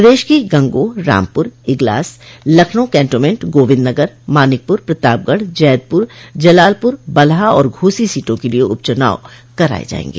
प्रदेश की गंगोह रामपुर इगलास लखनऊ केन्टोमेंट गोविन्दनगर मानिकपुर प्रतापगढ़ जैदपुर जलालपुर बलहा और घोसो सीटों के लिये उप चुनाव कराये जायेंगे